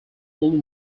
only